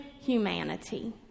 humanity